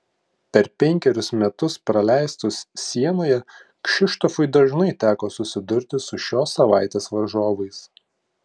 per penkerius metus praleistus sienoje kšištofui dažnai teko susidurti su šios savaitės varžovais